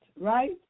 right